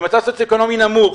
במצב סוציו-אקונומי נמוך,